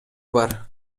бар